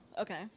okay